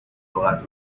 لغت